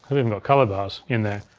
but even got color bars in there.